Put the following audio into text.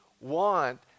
want